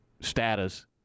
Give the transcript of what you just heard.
status